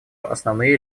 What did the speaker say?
основные